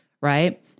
Right